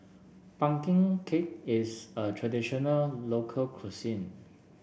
pumpkin cake is a traditional local cuisine